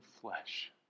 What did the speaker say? flesh